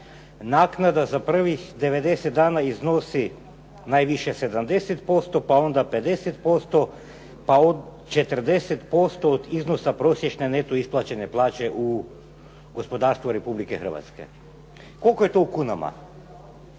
naknada za prvih 90 dana iznosi najviše 70%, pa onda 50%, pa od 40% od iznosa prosječne neto isplaćene plaće u gospodarstvu Republike Hrvatske. Koliko je to u kunama?